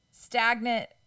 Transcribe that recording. stagnant